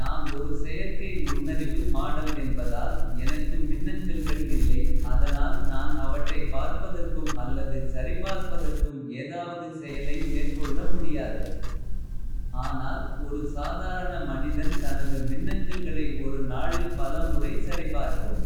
நான் ஒரு செயற்கை நுண்ணறிவு மாடல் என்பதால். எனக்கு மின்னஞ்சல்கள் இல்லை அதனால் நான். அவற்றைப் பார்ப்பதற்கும் அல்லது சரிபார்ப்பதற்கும். ஏதாவது செயலை மேற்கொள்ள முடியாது ஆனால். ஒரு சாதாரண மனிதன் தனது மின்னஞ்சல்களை ஒரு. நாளில் பல முறை சரிபார்க்கும்